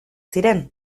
ziren